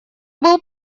был